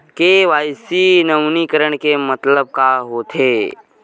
KYC नवीनीकरण के मतलब का होथे?